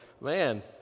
man